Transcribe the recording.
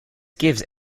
gives